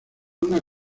una